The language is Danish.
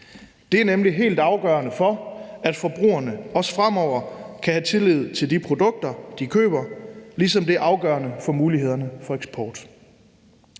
Det er nemlig helt afgørende for, at forbrugerne også fremover kan have tillid til de produkter, de køber, ligesom det er afgørende for mulighederne for eksport.